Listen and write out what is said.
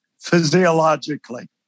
physiologically